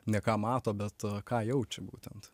ne ką mato bet ką jaučia būtent